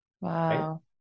Wow